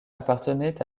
appartenait